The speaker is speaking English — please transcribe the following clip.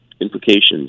implications